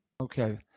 Okay